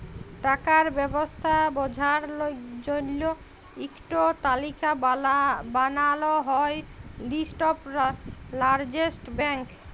টাকার ব্যবস্থা বঝার জল্য ইক টো তালিকা বানাল হ্যয় লিস্ট অফ লার্জেস্ট ব্যাঙ্ক